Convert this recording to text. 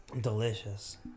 Delicious